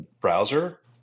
browser